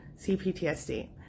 CPTSD